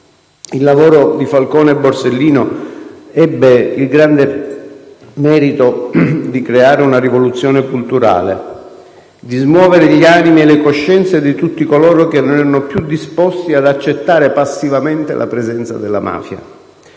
il lavoro di Falcone e Borsellino ebbe il grande merito di creare una rivoluzione culturale, di smuovere gli animi e le coscienze di tutti coloro che non erano più disposti ad accettare passivamente la presenza della mafia.